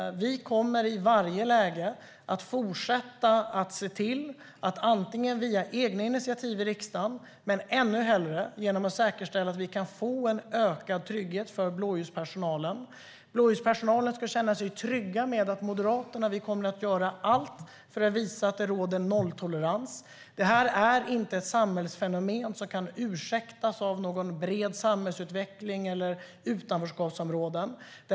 Vi kommer i varje läge att fortsätta att ta egna initiativ i riksdagen eller ännu hellre säkerställa att vi kan få ökad trygghet för blåljuspersonalen. Den ska känna sig trygg med att Moderaterna kommer att göra allt för att visa att det råder nolltolerans. Detta är inte ett samhällsfenomen som kan ursäktas av någon bred samhällsutveckling eller utanförskapsområden.